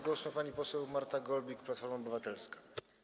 Głos ma pani poseł Marta Golbik, Platforma Obywatelska.